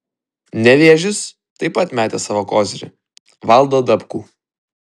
nevėžis taip pat metė savo kozirį valdą dabkų